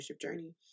journey